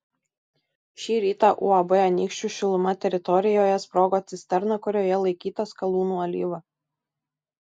šį rytą uab anykščių šiluma teritorijoje sprogo cisterna kurioje laikyta skalūnų alyva